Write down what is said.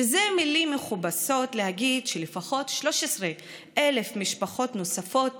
שזה מילים מכובסות להגיד שלפחות 13,000 משפחות נוספות